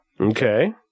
Okay